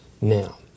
now